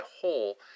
whole